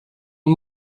von